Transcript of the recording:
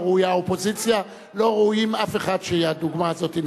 לא ראויה האופוזיציה ולא ראוי אף אחד שהדוגמה הזאת תינתן.